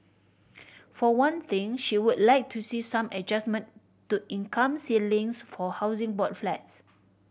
for one thing she would like to see some adjustment to income ceilings for Housing Board flats